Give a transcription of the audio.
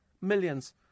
Millions